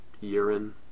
urine